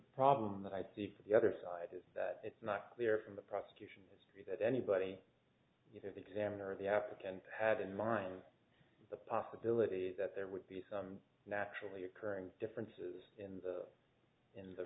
problem that i see for the other side is that it's not clear from the prosecution history that anybody examiner in the apt and had in mind the possibility that there would be some naturally occurring differences in the in th